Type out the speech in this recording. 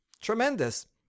Tremendous